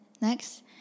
next